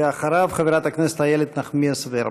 ואחריו, חברת הכנסת איילת נחמיאס ורבין.